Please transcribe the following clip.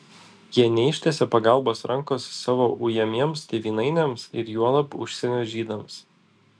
jie neištiesė pagalbos rankos savo ujamiems tėvynainiams ir juolab užsienio žydams